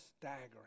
staggering